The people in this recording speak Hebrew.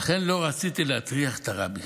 ולכן לא רציתי להטריח את הרבי.